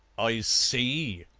i see,